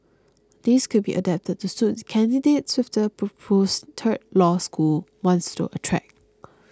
these could be adapted to suit the candidates which the proposed third law school wants to attract